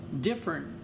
different